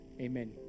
amen